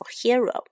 hero